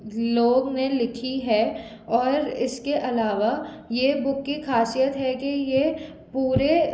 लोग ने लिखी है और इसके अलावा ये बुक की ख़ासियत है कि ये पूरी